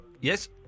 Yes